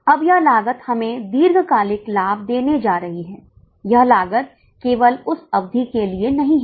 अब यह लागत हमें दीर्घकालिक लाभ देने जा रही है यह लागत केवल उस अवधि के लिए नहीं है